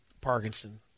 Parkinson